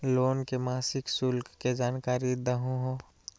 Loan के मासिक शुल्क के जानकारी दहु हो?